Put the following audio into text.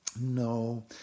No